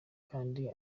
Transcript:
kandi